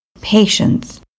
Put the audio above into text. patience